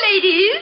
ladies